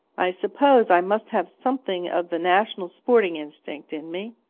i suppose i must have something of the national sporting instinct in me,